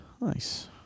Nice